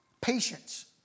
patience